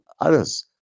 others